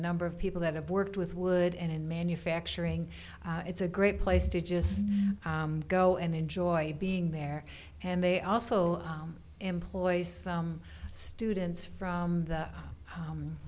number of people that have worked with wood and in manufacturing it's a great place to just go and enjoy being there and they also employ some students from the